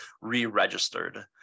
re-registered